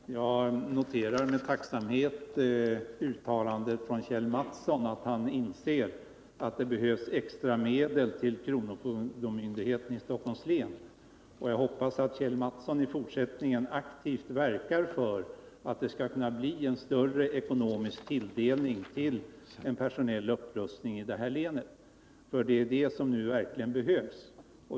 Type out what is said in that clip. Herr talman! Jag noterar med tacksamhet uttalandet från Kjell v Mattsson att han inser att det behövs extra medel till kronofogdemyndigheten i Stockholms län. Jag hoppas att Kjell Mattsson i fortsättningen aktivt verkar för att det blir en större ekonomisk tilldelning till personell upprustning i det här länet, eftersom detta nu verkligen behövs.